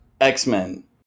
x-men